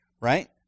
right